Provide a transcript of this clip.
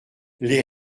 les